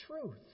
truth